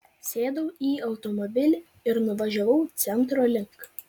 sėdau į automobilį ir nuvažiavau centro link